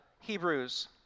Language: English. Hebrews